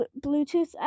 Bluetooth